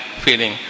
feeling